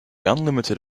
unlimited